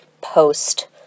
post